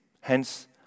hence